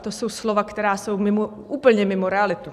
To jsou slova, která jsou úplně mimo realitu.